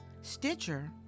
Stitcher